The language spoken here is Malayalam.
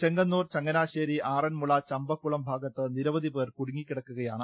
ചെങ്ങന്നൂർ ചങ്ങനാശ്ശേരി ആറന്മുള ചമ്പക്കുളം ഭാഗത്ത് നിരവധിപേർ കുടുങ്ങിക്കിടക്കുകയാണ്